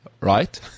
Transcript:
Right